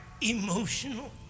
emotional